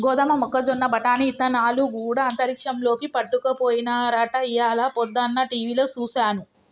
గోదమ మొక్కజొన్న బఠానీ ఇత్తనాలు గూడా అంతరిక్షంలోకి పట్టుకపోయినారట ఇయ్యాల పొద్దన టీవిలో సూసాను